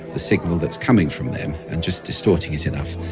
the signal that's coming from them, and just distorting it enough,